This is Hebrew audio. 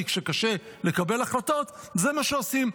כי כשקשה לקבל החלטות זה מה שעושים,